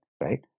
right